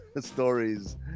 stories